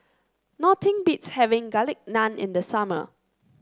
nothing beats having Garlic Naan in the summer